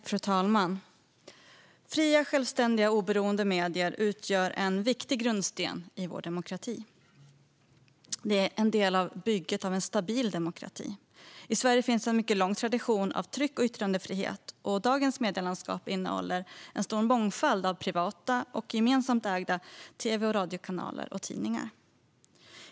Fru talman! Fria, självständiga och oberoende medier utgör en viktig grundsten i vår demokrati. De är en del av bygget av en stabil demokrati. I Sverige finns en mycket lång tradition av tryck och yttrandefrihet, och dagens medielandskap innehåller en stor mångfald av privata och gemensamt ägda tv och radiokanaler och tidningar.